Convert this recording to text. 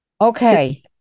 Okay